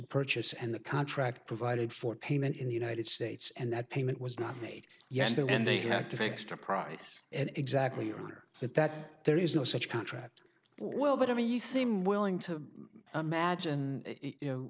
purchase and the contract provided for payment in the united states and that payment was not made yes then they had to fix the price and exactly honor that that there is no such contract well but i mean you seem willing to imagine you know